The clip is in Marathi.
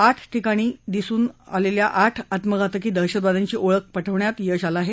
आठ ठिकाणी दिसून आलेल्या आठ आत्मघातकी दहशतवाद्यांची ओळख पटवण्यात यश आलं आहे